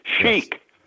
Sheik